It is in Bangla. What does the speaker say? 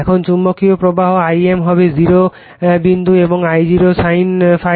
এখন চুম্বকীয় প্রবাহ I m হবে 0 বিন্দু এবং I0 sin ∅0